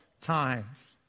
times